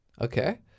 Okay